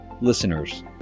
listeners